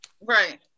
Right